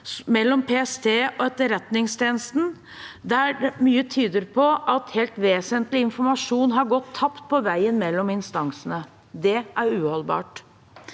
mellom PST og Etterretningstjenesten, der mye tyder på at helt vesentlig informasjon har gått tapt på veien mellom de to instansene. Det er uholdbart.